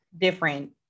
different